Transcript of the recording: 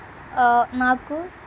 నాకు